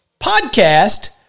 podcast